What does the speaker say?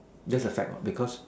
that's the fact what because